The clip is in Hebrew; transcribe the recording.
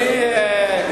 מי לא הגיע למילואים?